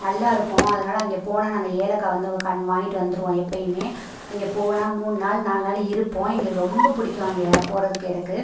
நல்லா இருக்கும் அதனால் அங்கே போனால் நாங்கள் ஏலக்காய் வந்து கன் வாங்கிட்டு வந்துடுவோம் எப்பயுமே அங்கே போனால் மூணு நாள் நாலு நாள் இருப்போம் எங்களுக்கு ரொம்ப பிடிக்கும் அங்கே போகிறதுக்கு எனக்கு